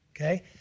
Okay